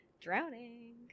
drowning